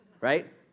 right